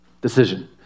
decision